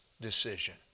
decision